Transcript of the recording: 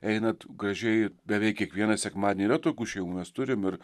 einat gražiai beveik kiekvieną sekmadienį yra tokių šeimų mes turim ir